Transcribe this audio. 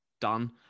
done